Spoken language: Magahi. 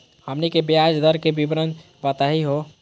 हमनी के ब्याज दर के विवरण बताही हो?